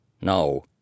No